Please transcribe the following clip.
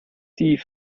die